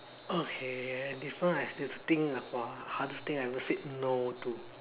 okay this one I have to think lah !wah! hardest thing I have ever said no to